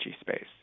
space